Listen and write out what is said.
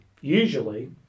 usually